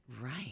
Right